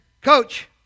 coach